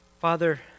Father